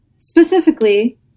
Specifically